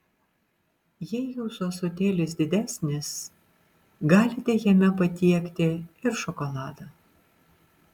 jei jūsų ąsotėlis didesnis galite jame patiekti ir šokoladą